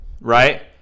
right